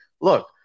Look